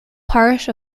parish